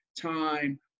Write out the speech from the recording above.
time